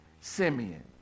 Simeon